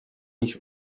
již